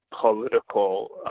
political